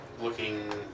looking